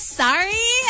sorry